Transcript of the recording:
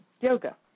yoga